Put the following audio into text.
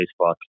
Facebook